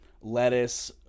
Lettuce